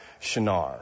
Shinar